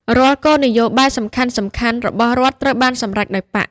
រាល់គោលនយោបាយសំខាន់ៗរបស់រដ្ឋត្រូវបានសម្រេចដោយបក្ស។